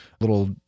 little